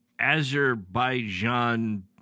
Azerbaijan